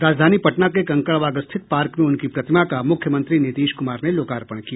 राजधानी पटना के कंकड़बाग स्थित पार्क में उनकी प्रतिमा का मुख्यमंत्री नीतीश कुमार ने लोकार्पण किया